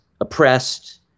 oppressed